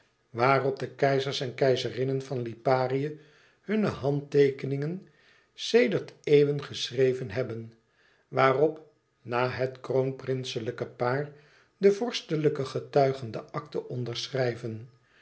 waarop de keizers en keizerinnen van liparië hunne handteekeningen sedert eeuwen geschreven hebben waarop na het kroonprinselijke paar de vorstelijke getuigen de akten